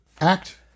act